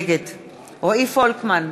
נגד רועי פולקמן,